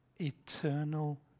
eternal